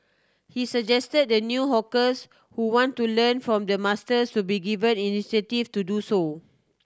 he suggest the new hawkers who want to learn from the masters to be given incentives to do so